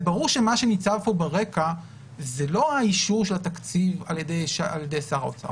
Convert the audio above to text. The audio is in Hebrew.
זה ברור שמה שניצב כאן ברקע זה לא האישור של התקציב על ידי שר האוצר.